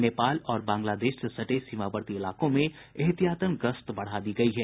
नेपाल और बांग्लादेश से सटे सीमावर्ती इलाकों में एहतियातन गश्त बढ़ा दी गयी है